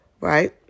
right